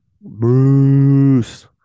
bruce